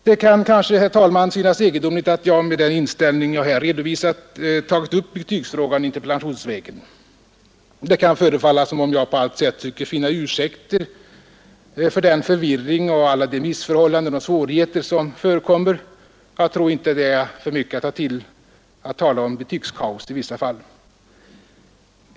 Det kan kanske, herr talman, synas egendomligt att jag med den inställning jag här redovisat har tagit upp betygsfrågan interpellationsvägen. Det kan förefalla som om jag på allt sätt söker finna ursäkter för den förvirring och alla de missförhallanden och svårigheter som förekommer - jag tror inte det är att ta till för mycket om man talar om betygskaos i vissa fall.